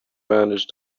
manage